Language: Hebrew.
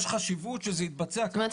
יש חשיבות שזה יתבצע --- זאת אומרת,